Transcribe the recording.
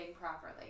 properly